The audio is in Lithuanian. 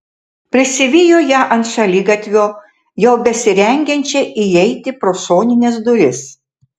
prisivijo ją ant šaligatvio jau besirengiančią įeiti pro šonines duris